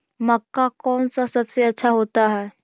मक्का कौन सा सबसे अच्छा होता है?